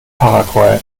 paraguay